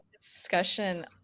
discussion